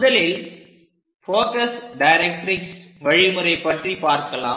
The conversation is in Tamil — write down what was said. முதலில் ஃபோகஸ் டைரக்ட்ரிக்ஸ் வழிமுறை பற்றி பார்க்கலாம்